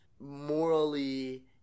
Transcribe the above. morally